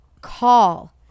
call